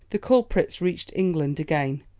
the culprits reached england again,